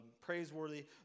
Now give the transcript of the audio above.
praiseworthy